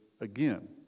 again